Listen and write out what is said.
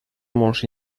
molts